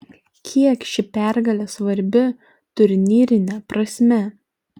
kiek ši pergalė svarbi turnyrine prasme